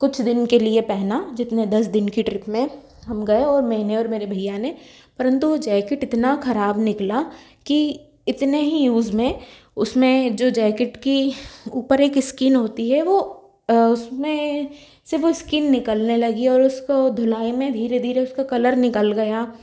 कुछ दिन के लिए पहना जितने दस दिन की ट्रिप में हम गए मैंने और मेरे भैया ने परंतु वह जैकेट इतना ख़राब निकला की इतने ही यूज़ में उसमें जो जैकेट की ऊपर एक स्किन होती है वह उसमें से वह स्किन निकलने लगी और उसको धुलाई में धीरे धीरे उसका कलर निकल गया